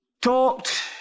talked